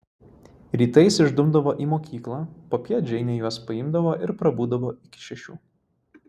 rytais išdumdavo į mokyklą popiet džeinė juos paimdavo ir prabūdavo iki šešių